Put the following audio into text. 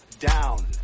down